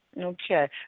Okay